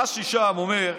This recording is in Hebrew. רש"י שם אומר: